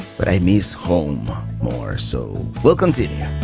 but i miss home more, so we'll continue.